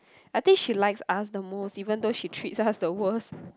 I think she likes us the most even though she treats us the worst